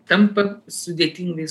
tampa sudėtingais